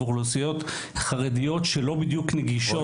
ואוכלוסיות חרדיות שלא בדיוק נגישות לדיגיטל.